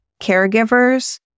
caregivers